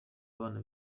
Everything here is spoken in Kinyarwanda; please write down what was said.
abana